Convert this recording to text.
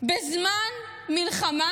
בזמן מלחמה?